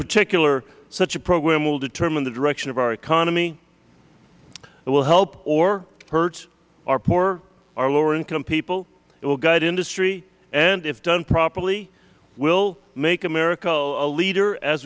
particular such a program will determine the direction of our economy it will help or hurt our poor our lower income people it will guide industry and if done properly will make america a leader as